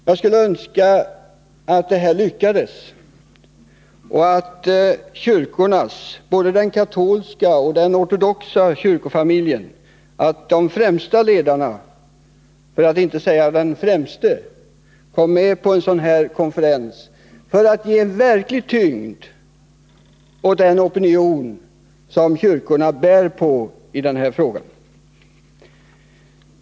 Jag skulle önska att det lyckades och att både den katolska och den ortodoxa kyrkofamiljens främsta ledare — för att inte säga den främste — kom med på en sådan konferens för att ge verklig tyngd åt den opinion som kyrkorna bär på i den här frågan.